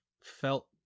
felt